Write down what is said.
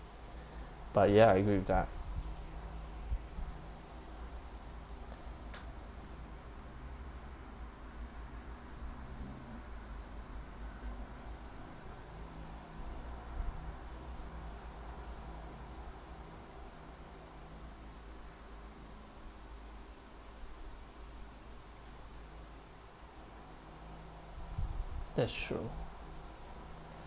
but ya I agree with that that's true